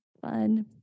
fun